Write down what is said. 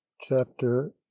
Chapter